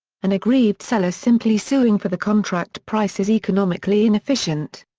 an aggrieved seller simply suing for the contract price is economically inefficient.